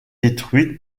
détruite